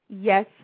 Yes